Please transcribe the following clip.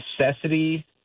necessity